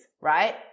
right